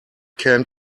can